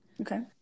okay